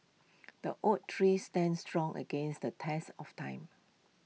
the oak tree stand strong against the test of time